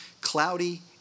cloudy